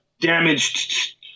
Damaged